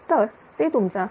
तर ते तुमचा23